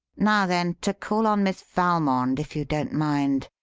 now then, to call on miss valmond, if you don't mind.